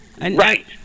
Right